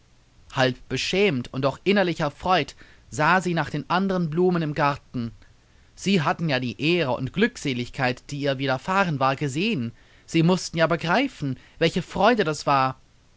halb beschämt und doch innerlich erfreut sah sie nach den anderen blumen im garten sie hatten ja die ehre und glückseligkeit die ihr widerfahren war gesehen sie mußten ja begreifen welche freude das war